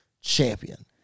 champion